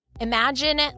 Imagine